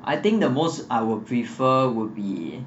I think the most I would prefer would be